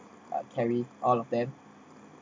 uh carry all of them